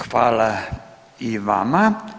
Hvala i vama.